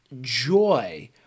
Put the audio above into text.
joy